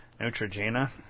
Neutrogena